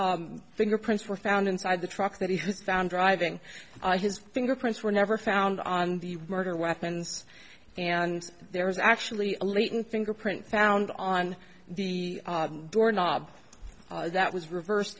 s fingerprints were found inside the truck that he has found driving his fingerprints were never found on the murder weapons and there was actually a latent fingerprint found on the door knob that was reverse